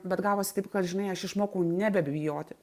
bet gavosi taip kad žinai aš išmokau nebebijoti